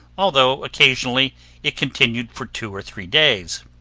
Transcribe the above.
although occasionally it continued for two or three days.